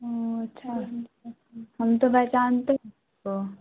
اوہ اچھا ہم تو پہچانتے